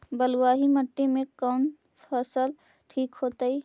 बलुआही मिट्टी में कौन फसल ठिक होतइ?